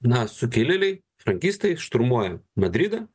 nas sukilėliai frankistai šturmuoja madridą